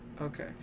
Okay